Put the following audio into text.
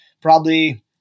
probably-